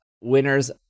winners